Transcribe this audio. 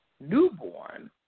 newborn